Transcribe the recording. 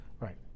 Right